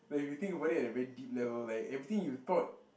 but if you think about it at a very deep level like everything you thought